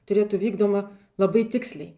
turėtų vykdoma labai tiksliai